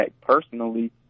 personally